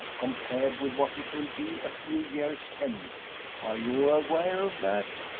compared with what it will be a few years hence are you aware of that?